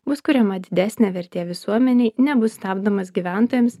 bus kuriama didesnė vertė visuomenei nebus stabdomas gyventojams